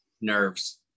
nerves